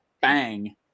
Bang